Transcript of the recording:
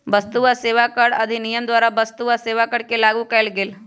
वस्तु आ सेवा कर अधिनियम द्वारा वस्तु आ सेवा कर के लागू कएल गेल